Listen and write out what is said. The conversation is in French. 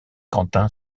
quentin